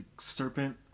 serpent